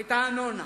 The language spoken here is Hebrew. את האנונה,